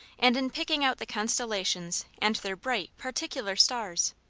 and in picking out the constellations and their bright, particular stars.